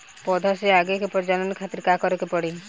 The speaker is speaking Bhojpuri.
पौधा से आगे के प्रजनन खातिर का करे के पड़ी?